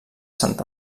sant